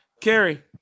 Carrie